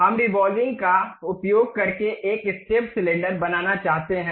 हम रिवॉल्विंग का उपयोग करके एक स्टेप्ड सिलेंडर बनाना चाहते हैं